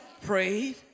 prayed